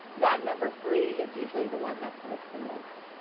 that number three is usually the one that's missed the most.